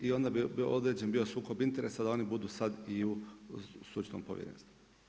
I onda bi određen bio sukob interesa da oni budu sad i u stručnom povjerenstvu.